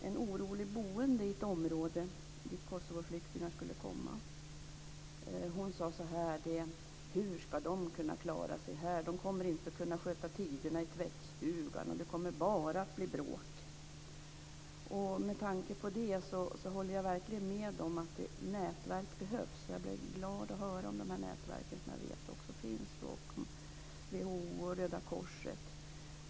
En orolig boende i ett område dit Kosovoflyktingar skall komma sade i morse i radion: Hur skall de kunna klara sig här? De kommer inte att kunna sköta tiderna i tvättstugan. Det kommer bara att bli bråk. Med tanke på det håller jag verkligen med om att nätverk behövs. Jag blev glad över att höra om nätverken, som jag vet finns genom WHO och Röda korset.